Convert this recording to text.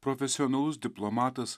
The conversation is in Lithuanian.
profesionalus diplomatas